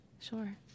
Sure